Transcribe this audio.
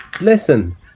Listen